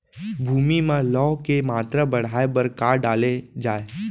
भूमि मा लौह के मात्रा बढ़ाये बर का डाले जाये?